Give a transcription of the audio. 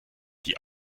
die